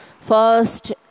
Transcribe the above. first